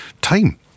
time